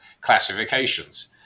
classifications